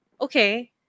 Okay